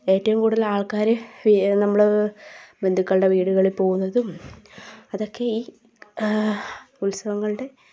ഏറ്റവും കൂടുതൽ ആൾക്കാർ പി നമ്മൾ ബന്ധുക്കളുടെ വീടുകളിൽ പോകുന്നതും അതൊക്കെ ഈ ഉത്സവങ്ങളുടെ